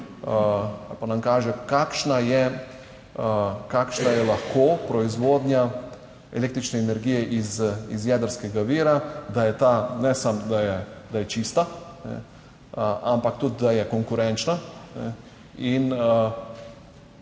ali pa nam kaže, kakšna je, kakšna je lahko proizvodnja električne energije iz jedrskega vira, da je ta, ne samo, da je, da je čista, ampak tudi, da je konkurenčna